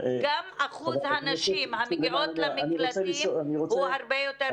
גם אחוז הנשים המגיעות למקלטים הוא הרבה יותר גבוה.